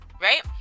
right